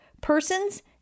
persons